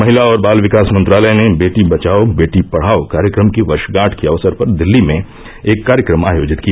महिला और बाल विकास मंत्रालय ने बेटी बचाओ बेटी पढ़ाओ कार्यक्रम की वर्षगांठ के अवसर पर दिल्ली में एक कार्यक्रम आयोजित किया